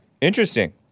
Interesting